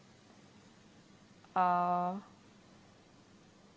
uh